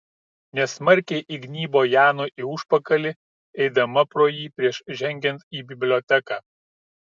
nesmarkiai įgnybo janui į užpakalį eidama pro jį prieš žengiant į biblioteką